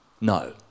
No